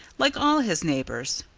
like all his neighbors.